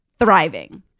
thriving